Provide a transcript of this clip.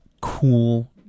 cool